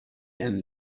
and